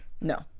No